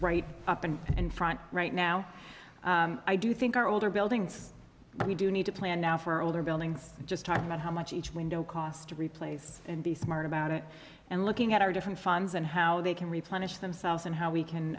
right up and in front right now i do think our older buildings we do need to plan now for older buildings and just talk about how much each window cost to replace and be smart about it and looking at our different funds and how they can replenish themselves and how we can